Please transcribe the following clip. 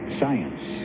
science